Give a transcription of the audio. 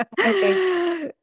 Okay